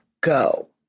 go